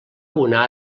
una